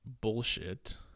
bullshit